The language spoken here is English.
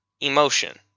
emotion